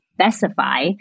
specify